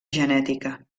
genètica